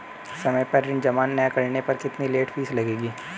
समय पर ऋण जमा न करने पर कितनी लेट फीस लगेगी?